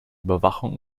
überwachung